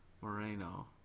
Moreno